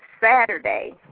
Saturday